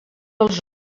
els